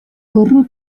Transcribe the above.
corro